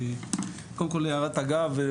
קודם כל הערת אגב.